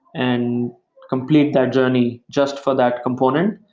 and complete that journey, just for that component,